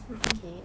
mm mm